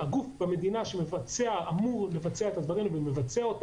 הגוף המדיני שמבצע זאת